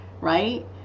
right